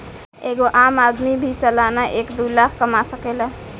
एगो आम आदमी भी सालाना एक दू लाख कमा सकेला